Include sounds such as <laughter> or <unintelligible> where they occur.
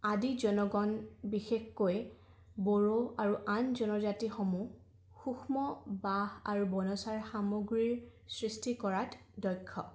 আদি জনগণ বিশেষকৈ বড়ো আৰু আন জনজাতিসমূহ সূক্ষ্ম বাঁহ আৰু <unintelligible> সামগ্ৰীৰ সৃষ্টি কৰাত দক্ষ